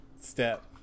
step